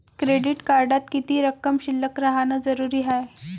Credit कार्डात किती रक्कम शिल्लक राहानं जरुरी हाय?